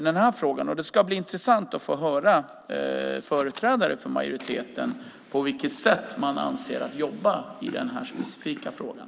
Det ska bli intressant att få höra från företrädare för majoriteten på vilket sätt man avser att jobba i den här specifika frågan.